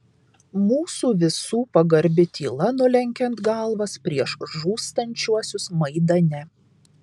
mūsų visų pagarbi tyla nulenkiant galvas prieš žūstančiuosius maidane